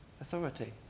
authority